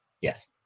Yes